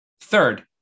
Third